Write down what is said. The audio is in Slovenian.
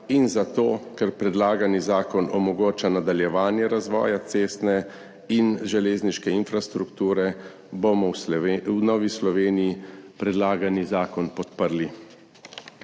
in zato, ker predlagani zakon omogoča nadaljevanje razvoja cestne in železniške infrastrukture, bomo v Novi Sloveniji predlagani zakon podprli.